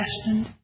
destined